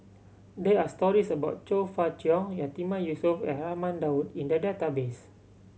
there are stories about Chong Fah Cheong Yatiman Yusof and Raman Daud in the database